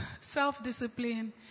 self-discipline